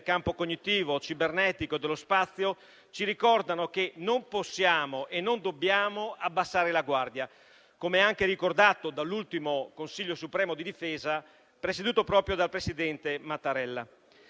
campo cognitivo, cibernetico e dello spazio ci ricordano che non possiamo e non dobbiamo abbassare la guardia, come anche ricordato dall'ultimo Consiglio supremo di difesa presieduto proprio dal presidente Mattarella.